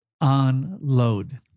unload